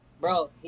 bro